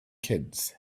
kids